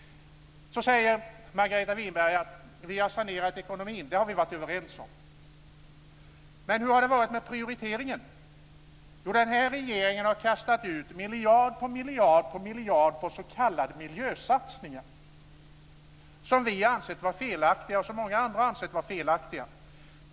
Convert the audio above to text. Margareta Winberg säger: Vi har sanerat ekonomin. Det har vi varit överens om. Men hur har det varit med prioriteringen? Jo, den här regeringen har kastat ut miljard på miljard på miljard på s.k. miljösatsningar som vi och många andra ansett vara felaktiga.